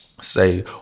say